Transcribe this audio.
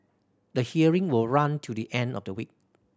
the hearing will run till the end of the week